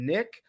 Nick